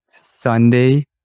Sunday